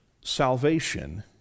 salvation